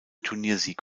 turniersieg